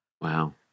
wow